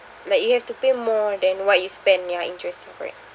like you have to pay more than what you spend ya interest ya correct